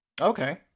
Okay